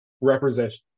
representation